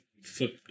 foot